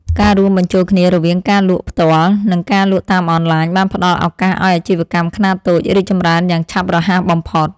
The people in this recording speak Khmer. ការរួមបញ្ចូលគ្នារវាងការលក់ផ្ទាល់ និងការលក់តាមអនឡាញបានផ្ដល់ឱកាសឱ្យអាជីវកម្មខ្នាតតូចរីកចម្រើនយ៉ាងឆាប់រហ័សបំផុត។